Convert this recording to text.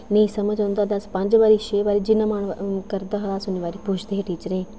नेईं समझ औंदा तां अस पंज बारी छे बारी जिन्ना मन करदा हा अस उन्नी बारी पुछदे हे टीचरें गी